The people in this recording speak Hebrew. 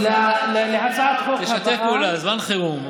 ועדת הכנסת תכריע בסוגיה הזאת.